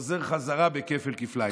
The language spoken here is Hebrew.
זה חוזר חזרה בכפל-כפליים.